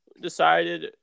decided